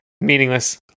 Meaningless